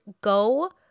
go